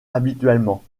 habituellement